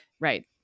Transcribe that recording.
right